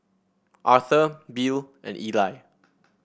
Arthur Bill and Ely